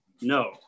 No